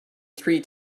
three